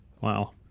Wow